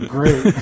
Great